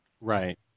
Right